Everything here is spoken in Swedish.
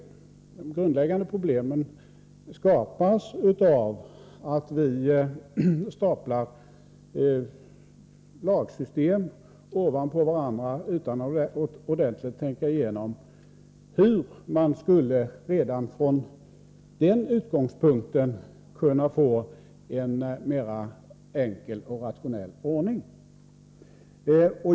De grundläggande problemen skapas av att vi staplar lagsystem ovanpå varandra utan att redan från början ordentligt tänka igenom hur man skall kunna få en mera enkel och rationell ordning.